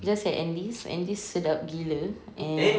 just that andes andes sedap gila and